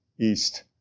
east